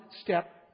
step